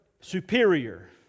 superior